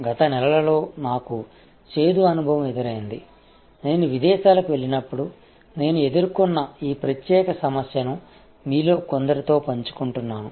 గత నెలలో నాకు చేదు అనుభవం ఎదురైంది నేను విదేశాలకు వెళ్లినప్పుడు నేను ఎదుర్కొన్న ఈ ప్రత్యేక సమస్యను మీలో కొందరితో పంచుకున్నాను